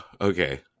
okay